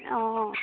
অঁ